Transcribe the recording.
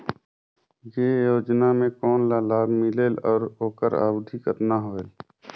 ये योजना मे कोन ला लाभ मिलेल और ओकर अवधी कतना होएल